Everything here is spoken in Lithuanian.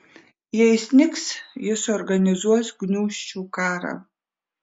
jei snigs jis organizuos gniūžčių karą